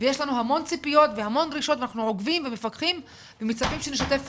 ויש לנו המון ציפיות והמון דרישות ואנחנו עוקבים ומפקחים ומצפים שנשתף